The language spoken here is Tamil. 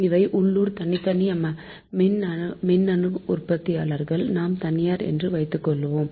இவை உள்ளூர் தனித்தனி மின்னுற்பத்தியாளர்கள் நாம் தனியார் என்று வைத்துக்கொள்வோம்